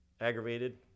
aggravated